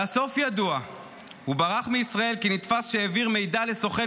והסוף ידוע הוא ברח מישראל כי נתפס כשהעביר מידע לסוכן